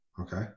okay